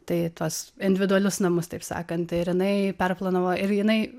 tai tuos individualius namus taip sakant ir jinai perplanavo ir jinai